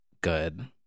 good